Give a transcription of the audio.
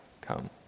come